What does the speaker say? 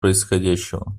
происходящего